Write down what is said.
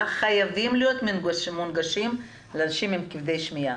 חייבות להיות מונגשות לאנשים כבדי שמיעה,